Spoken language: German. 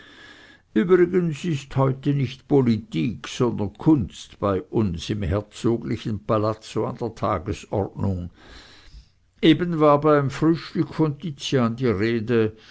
übrigens ist heute nicht politik sondern kunst bei uns im herzoglichen palazzo an der tagesordnung eben war beim frühstück von tizian die rede